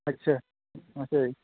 ਅੱਛਾ ਅੱਛਾ ਜੀ